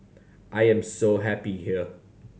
I am so happy here